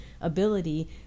ability